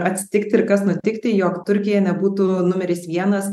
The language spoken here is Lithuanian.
atsitikti ir kas nutikti jog turkija nebūtų numeris vienas